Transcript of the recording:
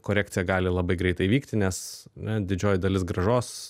korekcija gali labai greitai vykti nes didžioji dalis grąžos